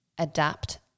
adapt